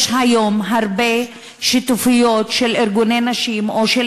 יש היום הרבה שותפויות של ארגוני נשים או של